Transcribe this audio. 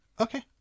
Okay